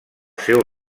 seu